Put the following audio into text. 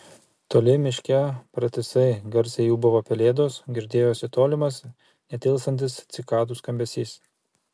toli miške pratisai garsiai ūbavo pelėdos girdėjosi tolimas netilstantis cikadų skambesys